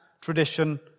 tradition